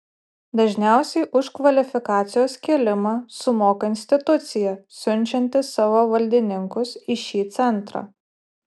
dažniausiai už kvalifikacijos kėlimą sumoka institucija siunčianti savo valdininkus į šį centrą